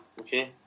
okay